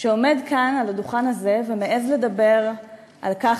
שעומד כאן על הדוכן הזה ומעז לדבר על כך